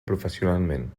professionalment